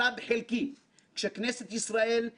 להתנהלות המערכת הפיננסית בהסדרי אשראי